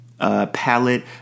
palette